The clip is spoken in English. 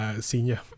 senior